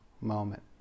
moment